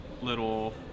little